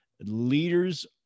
Leaders